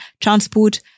transport